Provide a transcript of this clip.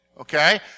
okay